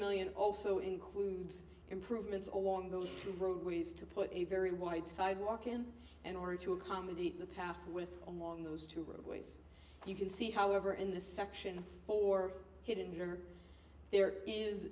million also includes improvements along those roadways to put a very wide sidewalk in an order to accommodate the powerful with those two roadways you can see however in the section for hidden or there is